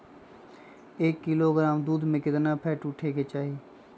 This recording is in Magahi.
एक किलोग्राम दूध में केतना फैट उठे के चाही?